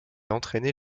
entraîner